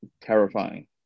terrifying